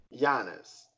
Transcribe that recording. Giannis